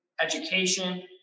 education